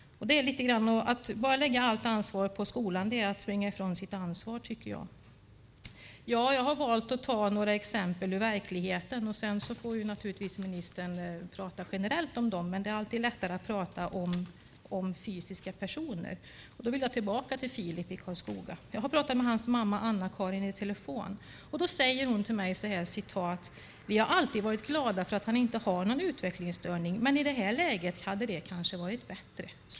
Att bara lägga allt ansvar på skolan tycker jag är att springa ifrån sitt ansvar. Ja, jag har valt att ta några exempel ur verkligheten, och sedan får ministern naturligtvis tala generellt om dem. Det är alltid lättare att tala om fysiska personer, och därför går jag tillbaka till Filip i Karlskoga. Jag har talat med hans mamma Anna-Karin i telefon, som säger följande: Vi har alltid varit glada för att han inte har någon utvecklingsstörning, men i det här läget hade det kanske varit bättre.